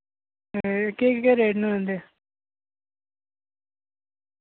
ते केह् केह् रेट न इं'दे